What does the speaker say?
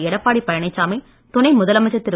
எடப்பாடி பழனிசாமி துணை முதலமைச்சர் திரு